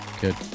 good